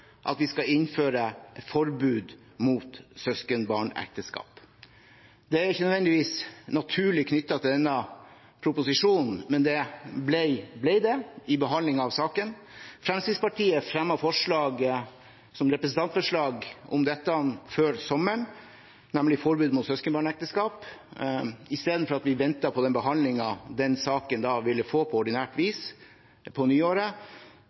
at vi skal innføre et forbud mot søskenbarnekteskap. Det er ikke nødvendigvis naturlig knyttet til denne proposisjonen, men det ble det i behandlingen av saken. Fremskrittspartiet fremmet representantforslag om dette, nemlig forbud mot søskenbarnekteskap, før sommeren. Istedenfor at vi ventet på den behandlingen den saken da ville få på ordinært vis, på nyåret,